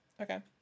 Okay